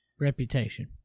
reputation